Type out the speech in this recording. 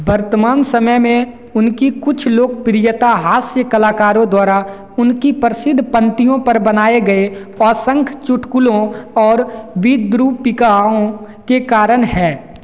वर्तमान समय में उनकी कुछ लोकप्रियता हास्य कलाकारों द्वारा उनकी प्रसिद्ध पंक्तियों पर बनाए गए असंख्य चुटकुलों और विद्रूपिकाओं के कारण है